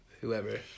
whoever